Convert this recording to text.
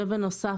בנוסף,